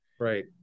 Right